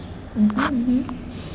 mmhmm mmhmm